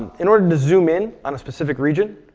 in order to zoom in on specific region,